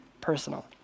personal